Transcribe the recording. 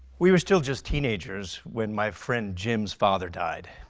we were still just teenagers when my friend jim's father died.